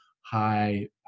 high